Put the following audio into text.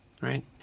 right